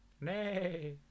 Nay